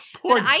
Poor